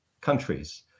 countries